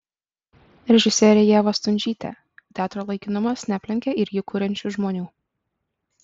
režisierė ieva stundžytė teatro laikinumas neaplenkia ir jį kuriančių žmonių